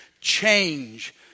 change